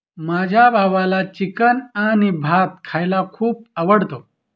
माझ्या भावाला चिकन आणि भात खायला खूप आवडतं